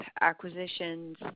acquisitions